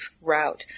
route